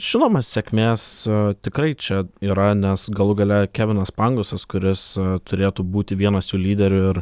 žinoma sėkmės tikrai čia yra nes galų gale kevinas pangosas kuris turėtų būti vienas jų lyderių ir